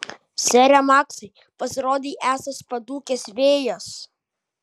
sere maksai pasirodei esąs padūkęs vėjas